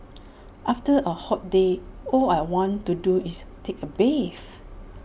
after A hot day all I want to do is take A bath